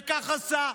וכך עשה: